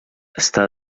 està